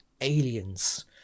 aliens